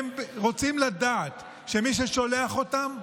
הם רוצים לדעת שמי ששולח אותם,